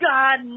God